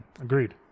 agreed